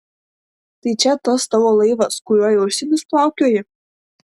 tai čia tas tavo laivas kuriuo į užsienius plaukioji